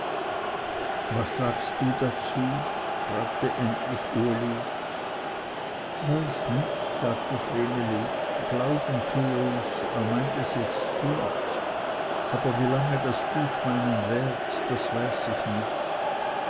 was sagst dazu fragte endlich uli weiß nicht sagte vreneli glauben tue ich er meint es jetzt gut aber wie lange das gutmeinen währt das weiß ich nicht